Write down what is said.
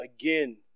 Again